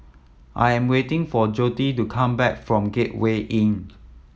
I am waiting for Jody to come back from Gateway Inn